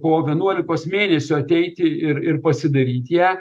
po vienuolikos mėnesių ateiti ir ir pasidaryt ją